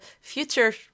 future